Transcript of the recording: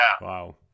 Wow